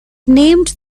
named